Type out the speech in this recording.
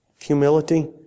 Humility